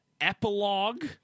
epilogue